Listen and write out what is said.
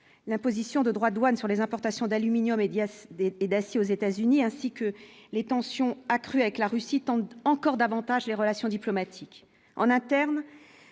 la position de droite douane sur les importations d'aluminium a des été d'acier aux États-Unis ainsi que les tensions accrues avec la Russie tente encore davantage les relations diplomatiques en interne,